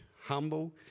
humble